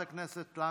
חברת הכנסת לנדה,